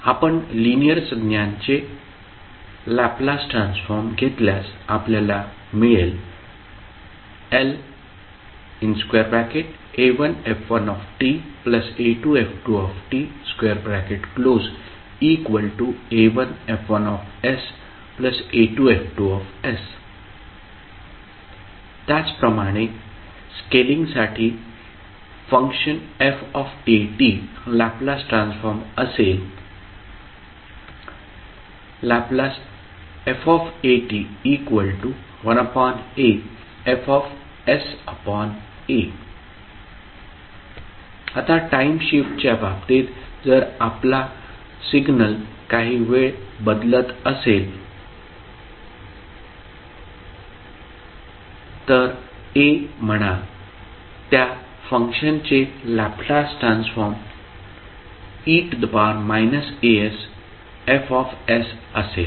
आपण लिनिअर संज्ञाचे Laplace transform घेतल्यास आपल्याला मिळेल La1f1ta2f2ta1F1sa2F2s त्याचप्रमाणे स्केलिंगसाठी f लॅपलास ट्रान्सफॉर्म असेल Lf 1aFsa आता टाइम शिफ्टच्या बाबतीत जर आपला सिग्नल काही वेळ बदलत असेल तर a म्हणा त्या फंक्शनचे लॅपलास ट्रान्सफॉर्म e asF असेल